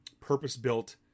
purpose-built